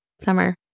summer